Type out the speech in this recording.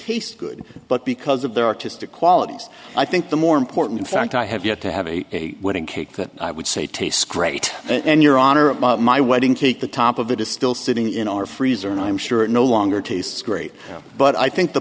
taste good but because of their artistic qualities i think the more important in fact i have yet to have a wedding cake that i would say tastes great and your honor my wedding cake the top of it is still sitting in our freezer and i'm sure it no longer tastes great but i think the